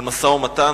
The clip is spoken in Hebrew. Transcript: על משא-ומתן,